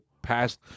past